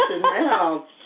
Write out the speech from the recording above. now